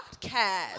Podcast